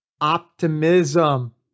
optimism